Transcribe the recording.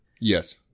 Yes